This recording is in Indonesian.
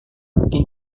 mungkin